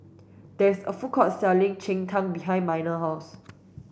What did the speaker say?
there is a food court selling Cheng Tng behind Minor's house